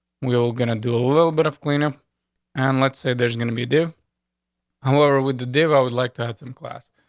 we're gonna do a little bit of cleaner on and let's say there's gonna be do i'm over with the day of i would like to have some class,